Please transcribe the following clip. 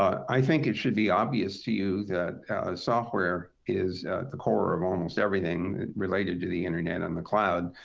i think it should be obvious to you that software is the core of almost everything related to the internet and the cloud.